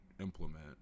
implement